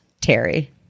Terry